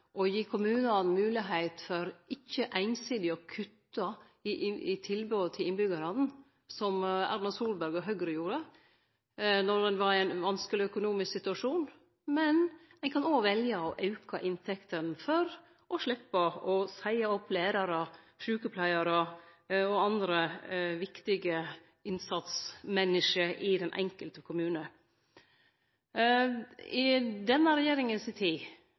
å gi kommunane moglegheit for ikkje einsidig å kutte i tilbodet til innbyggjarane, som Erna Solberg og Høgre gjorde når ein var i ein vanskeleg økonomisk situasjon, men ein kan òg velje å auke inntektene for å sleppe å seie opp lærarar, sjukepleiarar og andre viktige innsatsmenneske i den enkelte kommune. I denne regjeringa si tid